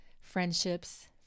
friendships